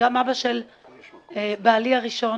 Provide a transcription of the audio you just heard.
גם אבא של בעלי הראשון